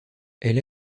elle